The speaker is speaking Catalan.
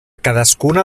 cadascuna